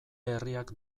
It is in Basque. herriak